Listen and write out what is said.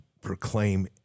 proclaim